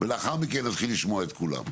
ולאחר מכן נתחיל לשמוע את כולם,